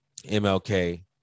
mlk